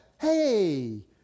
Hey